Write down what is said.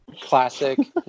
Classic